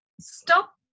stop